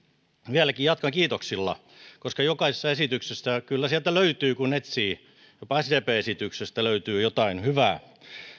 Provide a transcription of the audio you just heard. vieläkin jatkan kiitoksilla koska jokaisesta esityksestä kyllä löytyy hyvää kun etsii jopa sdpn esityksestä löytyy jotain hyvää